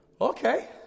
Okay